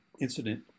incident